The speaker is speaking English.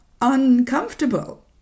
uncomfortable